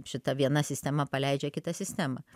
šita viena sistema paleidžia kitą sistemą